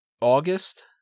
August